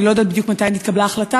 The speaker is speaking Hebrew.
אני לא יודעת בדיוק מתי נתקבלה ההחלטה,